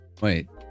wait